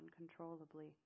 uncontrollably